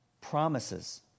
Promises